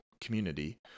community